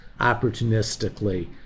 opportunistically